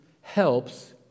helps